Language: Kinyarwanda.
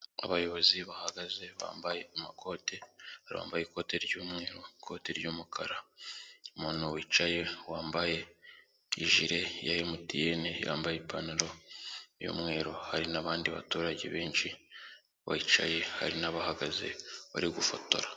Abayobozi bahagaze bambaye amakoti, hari uwambaye ikoti ry'umweru, ikoti ry'umukara, umuntu wicaye wambaye ijire ya MTN, yambaye ipantaro y'umweru, hari n'abandi baturage benshi bicaye hari n'abahagaze bari gufotora.